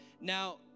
Now